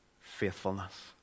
faithfulness